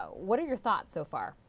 but what are your thoughts, so far?